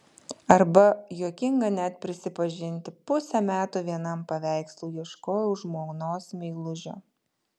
arba juokinga net prisipažinti pusę metų vienam paveikslui ieškojau žmonos meilužio